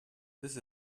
this